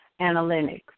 Analytics